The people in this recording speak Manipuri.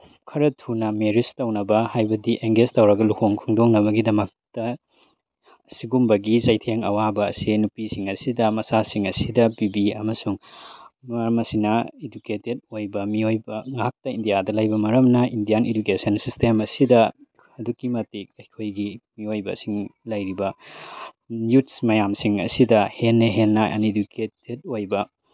ꯈꯔ ꯊꯨꯅ ꯃꯦꯔꯤꯖ ꯇꯧꯅꯕ ꯍꯥꯕꯗꯤ ꯑꯦꯡꯒꯦꯖ ꯇꯧꯔꯒ ꯂꯨꯍꯣꯡ ꯈꯣꯡꯗꯣꯡꯅꯕꯒꯤꯗꯃꯛꯇ ꯑꯁꯤꯒꯨꯝꯕꯒꯤ ꯆꯩꯊꯦꯡ ꯑꯋꯥꯕ ꯑꯁꯤ ꯅꯨꯄꯤꯁꯤꯡ ꯑꯁꯤꯗ ꯃꯆꯥꯁꯤꯡ ꯑꯁꯤꯗ ꯄꯤꯕꯤ ꯑꯃꯁꯨꯡ ꯃꯔꯝ ꯑꯁꯤꯅ ꯏꯗꯨꯀꯦꯇꯦꯠ ꯑꯣꯏꯕ ꯃꯤꯑꯣꯏꯕ ꯉꯥꯛꯇ ꯏꯟꯗꯤꯌꯥꯗ ꯂꯩꯕ ꯃꯔꯝꯅ ꯏꯟꯗꯤꯌꯥꯟ ꯏꯗꯨꯀꯦꯁꯟ ꯁꯤꯁꯇꯦꯝ ꯑꯁꯤꯗ ꯑꯗꯨꯛꯀꯤ ꯃꯇꯤꯛ ꯑꯩꯈꯣꯏꯒꯤ ꯃꯤꯑꯣꯏꯕꯁꯤꯡ ꯂꯩꯔꯤꯕ ꯌꯨꯠꯁ ꯃꯌꯥꯝꯁꯤꯡ ꯑꯁꯤꯗ ꯍꯦꯟꯅ ꯍꯦꯟꯅ ꯑꯟꯏꯗꯨꯀꯦꯇꯦꯠ ꯑꯣꯏꯕ